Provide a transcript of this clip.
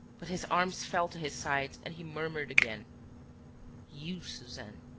but his arms fell to his sides and he murmured again you, suzanne.